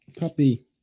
puppy